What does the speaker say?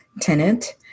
tenant